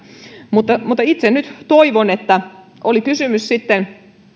mutta mutta itse nyt toivon oli kysymys sitten